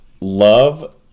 love